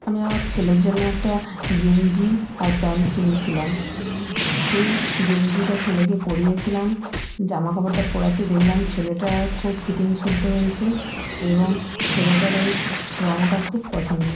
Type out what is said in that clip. আমি আমার ছেলের জন্য একটা গেঞ্জি আর প্যান্ট কিনেছিলাম সেই গেঞ্জিটা ছেলেকে পরিয়েছিলাম জামাকাপড়টা পরাতে দেখলাম ছেলেটা খুব ফিটিংস শুদ্ধ হয়েছে এবং ছেলেটার ওই রংটা খুব পছন্দের